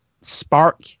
spark